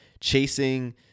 chasing